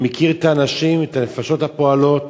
אני מכיר את האנשים, את הנפשות הפועלות.